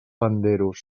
panderos